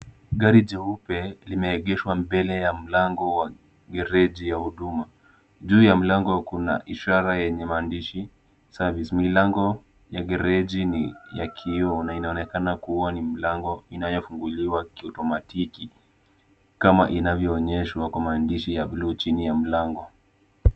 Gari jeupe limeegeshwa mbele ya mlango wa gereji ya huduma, juu ya mlango kuna ishara yenye maandishi service , milango ya gereji ni ya kioo na inaonekana kuwa ni mlango inayofunguliwa kiotomatiki kama inavyoonyeshwa kwa maandishi ya bluu chini ya mlango.